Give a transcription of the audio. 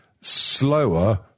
slower